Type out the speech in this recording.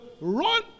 run